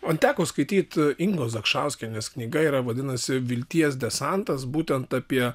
man teko skaityt ingos zakšauskienės knyga yra vadinasi vilties desantas būtent apie